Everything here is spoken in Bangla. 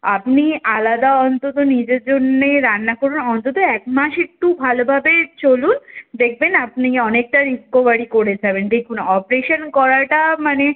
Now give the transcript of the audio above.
আপনি আলাদা অন্তত নিজের জন্যে রান্না করুন অন্তত এক মাস একটু ভালোভাবে চলুন দেখবেন আপনি অনেকটা রিকভারি করে যাবেন দেখুন অপারেশান করাটা মানে